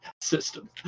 system